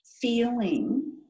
feeling